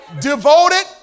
Devoted